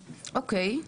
אוקי.